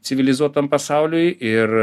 civilizuotam pasauliui ir